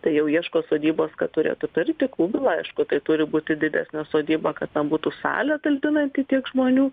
tai jau ieško sodybos kad turėtų pirtį kubilą aišku tai turi būti didesnė sodyba kad ten būtų salė talpinanti tiek žmonių